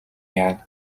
яана